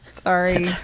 Sorry